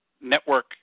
network